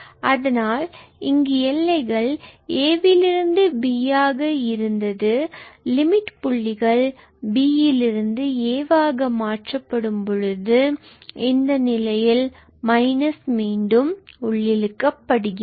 அதனால் இங்கு எல்லைகள் a லிருந்து bயாக இருந்தது லிமிட் புள்ளிகள் b இதிலிருந்து a மாற்றப்படும்போது இந்த நிலையில் மைனஸ் மீண்டும் உள்ளிழுக்கப் படுகிறது